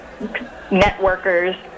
networkers